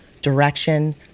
direction